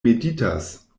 meditas